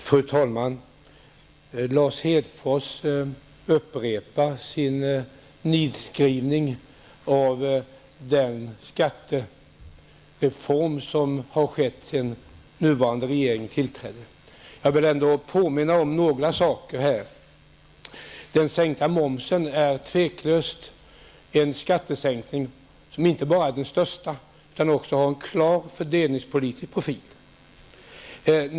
Fru talman! Lars Hedfors upprepar sin nidskrivning om den skattereform som har skett sedan nuvarande regerings tillträde. Jag vill ändå påminna om några saker. Sänkningen av momsen är tveklöst en skattesänkning som inte bara är den största utan som också har en klar fördelningspolitisk profil.